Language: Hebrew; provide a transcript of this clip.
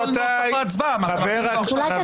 הפצת אתמול נוסח להצבעה --- רבותיי,